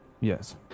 Yes